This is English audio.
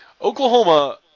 Oklahoma